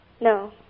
No